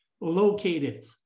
located